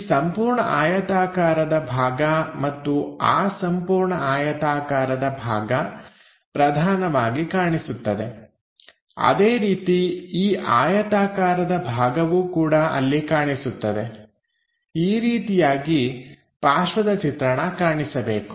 ಈ ಸಂಪೂರ್ಣ ಆಯತಾಕಾರದ ಭಾಗ ಮತ್ತು ಆ ಸಂಪೂರ್ಣ ಆಯತಾಕಾರದ ಭಾಗ ಪ್ರಧಾನವಾಗಿ ಕಾಣಿಸುತ್ತದೆ ಅದೇ ರೀತಿ ಈ ಆಯತಾಕಾರದ ಭಾಗವೂ ಕೂಡ ಅಲ್ಲಿ ಕಾಣಿಸುತ್ತದೆ ಈ ರೀತಿಯಾಗಿ ಪಾರ್ಶ್ವದ ಚಿತ್ರಣ ಕಾಣಿಸಬೇಕು